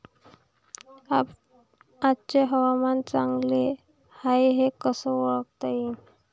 आजचे हवामान चांगले हाये हे कसे ओळखता येईन?